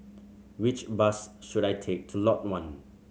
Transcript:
which bus should I take to Lot One